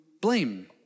blame